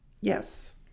Yes